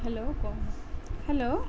hello hello